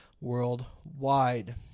worldwide